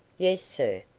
yes, sir.